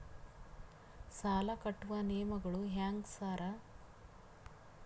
ಸಾಲ ಕಟ್ಟುವ ನಿಯಮಗಳು ಹ್ಯಾಂಗ್ ಸಾರ್?